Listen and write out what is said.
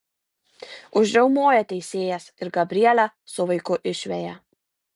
užriaumoja teisėjas ir gabrielę su vaiku išveja